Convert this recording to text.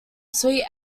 sweet